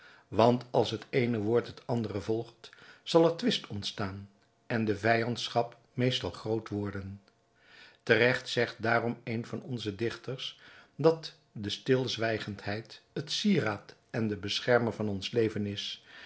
want als het eene woord het andere volgt zal er twist ontstaan en de vijandschap meestal groot worden te regt zegt daarom een van onze dichters dat de stilzwijgendheid het sieraad en de beschermster van ons leven is